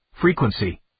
Frequency